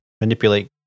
manipulate